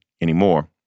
anymore